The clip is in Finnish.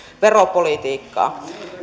veropolitiikkaa